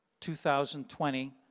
2020